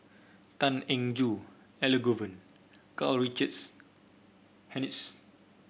Tan Eng Joo Elangovan Karl Richard Hanitsch